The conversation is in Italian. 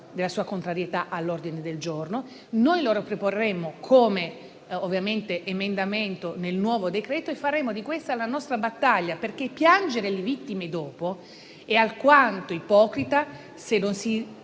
la sua contrarietà all'ordine del giorno, che noi riproporremo come emendamento al nuovo decreto, facendo di questa la nostra battaglia. Piangere le vittime dopo, infatti, è alquanto ipocrita, se non si